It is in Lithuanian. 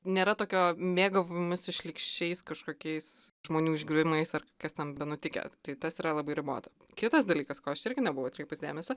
nėra tokio mėgavimosi šlykščiais kažkokiais žmonių išgriuvimais ar kas ten benutikę tai tas yra labai ribota kitas dalykas ko aš irgi nebuvau atkreipus dėmesio